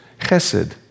Chesed